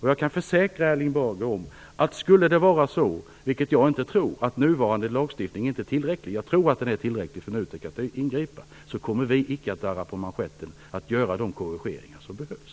Jag kan försäkra Erling Bager om att ifall nuvarande lagstiftning inte skulle visa sig vara tillräcklig - jag tror dock att den är tillräcklig - för Nutek att ingripa kommer vi i regeringen inte att darra på manschetten. Vi kommer att göra de korrigeringar som behövs.